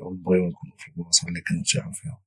ونبغيو نكونو في البلاصة اللي كنرتاحو فيها